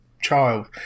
child